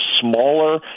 smaller